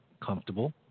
comfortable